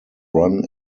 run